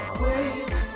wait